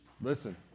listen